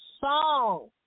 song